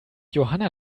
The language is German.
johanna